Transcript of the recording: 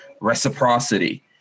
Reciprocity